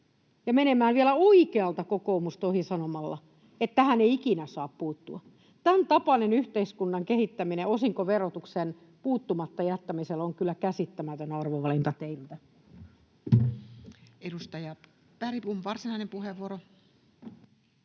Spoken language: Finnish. menemään vielä oikealta kokoomuksesta ohi sanomalla, että tähän ei ikinä saa puuttua. Tämäntapainen yhteiskunnan kehittäminen osinkoverotukseen puuttumatta jättämisellä on kyllä käsittämätön arvovalinta teiltä. Edustaja Bergbom, varsinainen puheenvuoro.